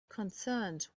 concerned